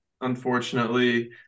unfortunately